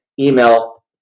Email